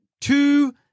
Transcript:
two